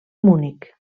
munic